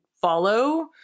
follow